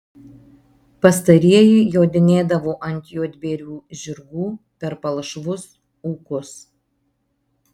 pastarieji jodinėdavo ant juodbėrių žirgų per palšvus ūkus